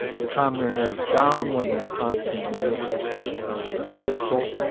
to calm their nerves down when they're constantly anxious or fearful.